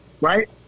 Right